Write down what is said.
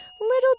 little